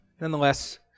nonetheless